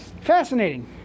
Fascinating